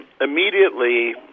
immediately